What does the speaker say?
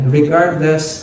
regardless